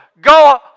go